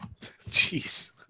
Jeez